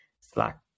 slack